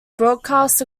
broadcasts